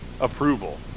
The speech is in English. approval